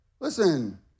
Listen